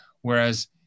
Whereas